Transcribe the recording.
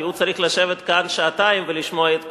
כי הוא צריך לשבת כאן שעתיים ולשמוע את כולם.